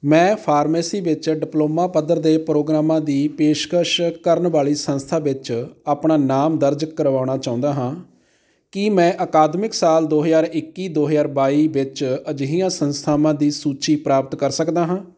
ਮੈਂ ਫਾਰਮੈਸੀ ਵਿੱਚ ਡਿਪਲੋਮਾ ਪੱਧਰ ਦੇ ਪ੍ਰੋਗਰਾਮਾਂ ਦੀ ਪੇਸ਼ਕਸ਼ ਕਰਨ ਵਾਲੀ ਸੰਸਥਾ ਵਿੱਚ ਆਪਣਾ ਨਾਮ ਦਰਜ ਕਰਵਾਉਣਾ ਚਾਹੁੰਦਾ ਹਾਂ ਕੀ ਮੈਂ ਅਕਾਦਮਿਕ ਸਾਲ ਦੋ ਹਜ਼ਾਰ ਇੱਕੀ ਦੋ ਹਜ਼ਾਰ ਬਾਈ ਵਿੱਚ ਅਜਿਹੀਆਂ ਸੰਸਥਾਵਾਂ ਦੀ ਸੂਚੀ ਪ੍ਰਾਪਤ ਕਰ ਸਕਦਾ ਹਾਂ